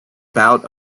bout